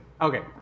Okay